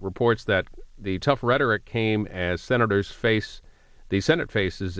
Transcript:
reports that the tough rhetoric came as senators face the senate faces